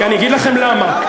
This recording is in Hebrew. אני אגיד לכם למה.